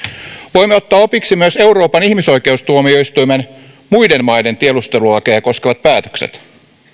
voimme ottaa opiksi myös euroopan ihmisoikeustuomioistuimen muiden maiden tiedustelulakeja koskevat päätökset